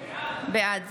בעד